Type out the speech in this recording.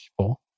people